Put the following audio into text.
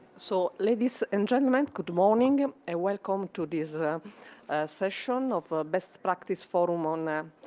so ladies and gentlemen, good morning and ah welcome to this ah session of ah best practice forum on um